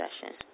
session